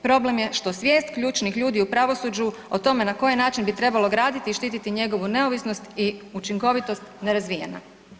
Problem je što svijest ključnih ljudi u pravosuđu o tome na koji način bi trebalo graditi i štititi njegovu neovisnost i učinkovitost nerazvijena.